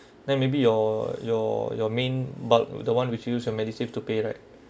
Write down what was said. then maybe your your your main bulk the one which use your medisave to pay right